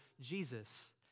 Jesus